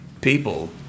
people